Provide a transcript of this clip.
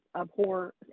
abhor